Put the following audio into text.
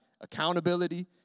accountability